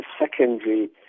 secondary